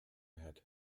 had